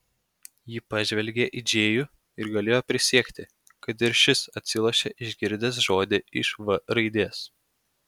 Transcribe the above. ji pažvelgė į džėjų ir galėjo prisiekti kad ir šis atsilošė išgirdęs žodį iš v raidės